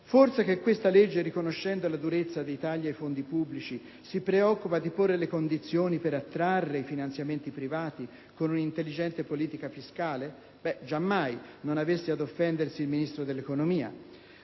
Forse che questo provvedimento, riconoscendo la durezza dei tagli ai fondi pubblici, si preoccupa di porre le condizioni per attrarre i finanziamenti privati, con un'intelligente politica fiscale? Giammai, non avesse ad offendersi il Ministro dell'economia.